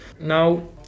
Now